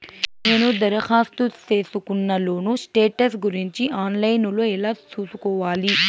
నేను దరఖాస్తు సేసుకున్న లోను స్టేటస్ గురించి ఆన్ లైను లో ఎలా సూసుకోవాలి?